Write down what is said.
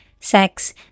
sex